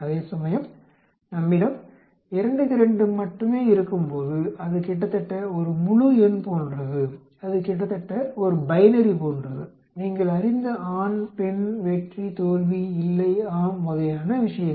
அதேசமயம் நம்மிடம் 2 க்கு 2 மட்டுமே இருக்கும்போது அது கிட்டத்தட்ட ஒரு முழு எண் போன்றது அது கிட்டத்தட்ட ஒரு பைனரி போன்றது நீங்கள் அறிந்த ஆண் பெண் வெற்றி தோல்வி இல்லை ஆம் வகையான விஷயங்கள்